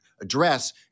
address